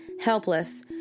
Helpless